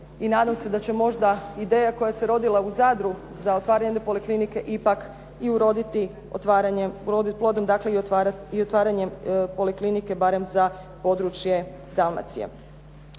I nadam se da će možda ideja koja se rodila u Zadru za otvaranje jedne poliklinike ipak i uroditi plodom, dakle i otvaranjem poliklinike barem za područje Dalmacije.